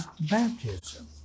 baptism